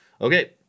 Okay